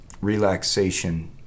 relaxation